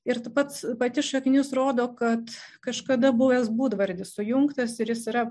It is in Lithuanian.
ir tu pats pati šaknis rodo kad kažkada buvęs būdvardis sujungtas ir jis yra